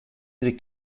the